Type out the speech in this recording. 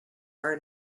are